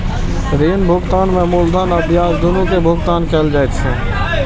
ऋण भुगतान में मूलधन आ ब्याज, दुनू के भुगतान कैल जाइ छै